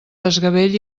desgavell